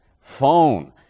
phone